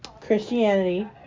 Christianity